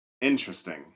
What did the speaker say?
Interesting